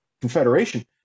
Confederation